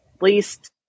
least